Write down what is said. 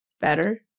better